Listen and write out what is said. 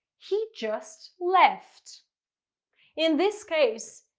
he just left in this case,